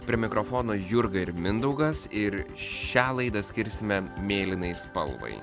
prie mikrofono jurga ir mindaugas ir šią laidą skirsime mėlynai spalvai